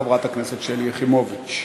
חברת הכנסת שלי יחימוביץ.